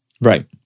Right